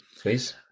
please